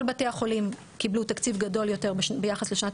כל בתי החולים קיבלו תקציב גדול יותר ביחס לשנת